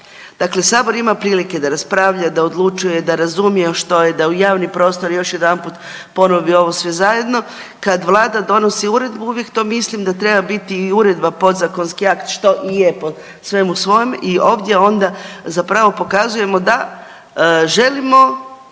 Dakle, sabor ima prilike da raspravlja, da odlučuje, da razumije što je, da u javni prostor još jedanput ponovi ovo sve zajedno. Kad vlada donosi uredbu uvijek to mislim da treba biti i uredba podzakonski akt što i je po svemu svojem i ovdje onda zapravo pokazujemo da želimo